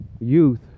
youth